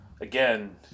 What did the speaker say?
again